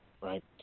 right